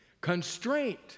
Constraint